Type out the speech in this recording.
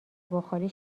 بخاری